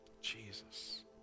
Jesus